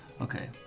Okay